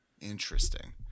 Interesting